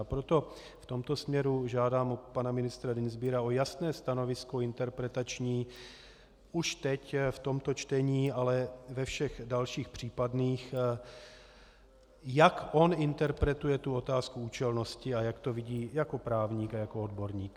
Proto v tomto směru žádám od pana ministra Dienstbiera o jasné stanovisko interpretační už teď v tomto čtení, ale ve všech dalších případných, jak on interpretuje otázku účelnosti a jak to vidí jako právník a jako odborník.